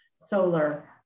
solar